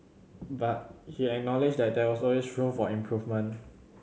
but he acknowledged that there is always room for improvement